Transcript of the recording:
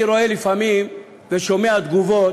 אני רואה לפעמים ושומע תגובות: